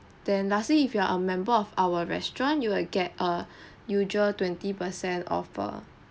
then lastly if you are a member of our restaurant you will get a usual twenty percent offer